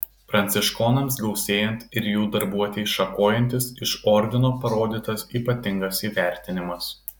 pranciškonams gausėjant ir jų darbuotei šakojantis iš ordino parodytas ypatingas įvertinimas